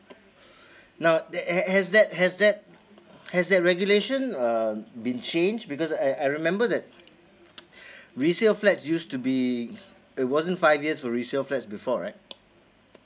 now ha~ has that has that has that regulation um been change because I I remember that resale flat used to be it wasn't five years for resale flats before right